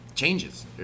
changes